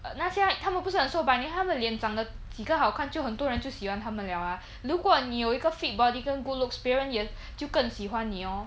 uh 那些人他们不是很瘦 but 他们脸长的几个好看就很多人就喜欢他们了啊如果你有一个 fit body 跟 good looks 别人也就更喜欢你哦